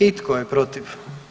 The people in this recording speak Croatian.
I tko je protiv?